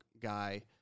guy